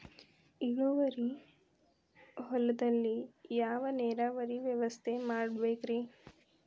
ಇಳುವಾರಿ ಹೊಲದಲ್ಲಿ ಯಾವ ನೇರಾವರಿ ವ್ಯವಸ್ಥೆ ಮಾಡಬೇಕ್ ರೇ?